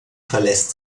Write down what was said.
verlässt